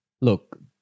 look